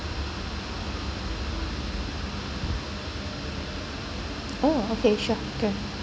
oh okay sure okay